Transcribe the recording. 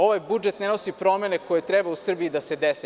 Ovaj budžet ne nosi promene koje treba u Srbiji da se dese.